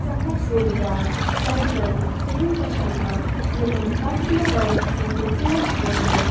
سؠٹھاہ شوٗبِدار سَجوٕنۍ تہٕ دِلکش انٛداز یِم تَتہِ چھِ مےٚ واریاہ قٕسمہٕ کیو پوش وٲمٕتۍ